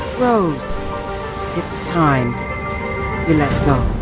rose it's time you let go.